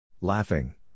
Laughing